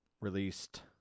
released